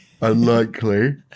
unlikely